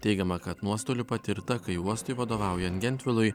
teigiama kad nuostolių patirta kai uostui vadovaujant gentvilui